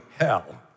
hell